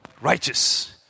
righteous